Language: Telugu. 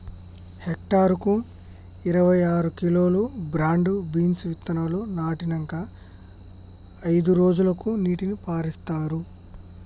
హెక్టర్ కు ఇరవై ఆరు కిలోలు బ్రాడ్ బీన్స్ విత్తనాలు నాటినంకా అయిదు రోజులకు నీటిని పారిత్తార్